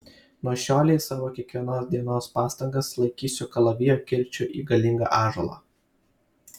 nuo šiolei savo kiekvienos dienos pastangas laikysiu kalavijo kirčiu į galingą ąžuolą